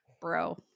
bro